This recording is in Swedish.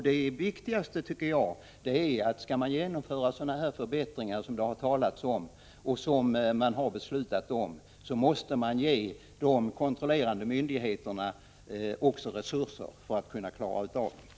Det viktigaste är, tycker jag, att skall man genomföra sådana förbättringar som det har talats om och som man har beslutat om, måste man ge de kontrollerande myndigheterna resurser för att kunna klara av sin uppgift.